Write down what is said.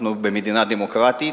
אנחנו במדינה דמוקרטית,